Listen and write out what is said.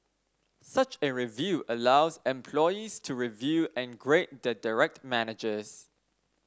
such a review allows employees to review and grade their direct managers